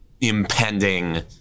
Impending